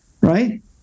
right